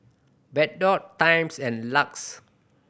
Bardot Times and LUX